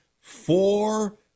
four